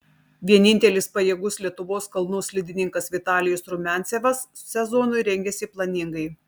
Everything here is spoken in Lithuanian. vienintelis pajėgus lietuvos kalnų slidininkas vitalijus rumiancevas sezonui rengiasi planingai